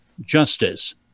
justice